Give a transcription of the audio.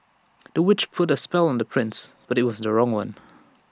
the witch put A spell on the prince but IT was the wrong one